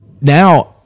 now